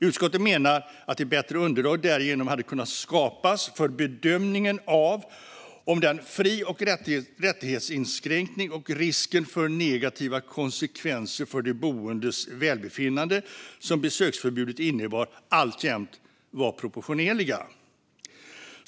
Utskottet menar att ett bättre underlag därigenom hade kunnat skapas för bedömningen av om den fri och rättighetsinskränkning och risken för negativa konsekvenser för de boendes välbefinnande som besöksförbudet innebar alltjämt var proportionerliga.